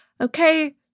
okay